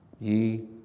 Ye